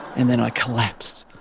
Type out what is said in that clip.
and then i collapse,